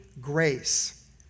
grace